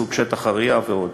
סוג שטח הרעייה ועוד.